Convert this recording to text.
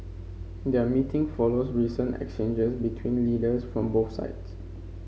their meeting follows recent exchanges between leaders from both sides